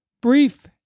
brief